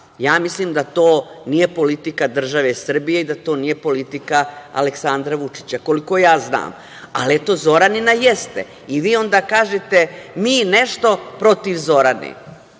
Ja mislim da to nije politika države Srbije i da to nije politika Aleksandra Vučića, koliko ja znam, ali Zoranina jeste i vi onda kažete – mi nešto protiv Zorane.